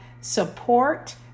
support